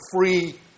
free